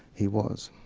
he was.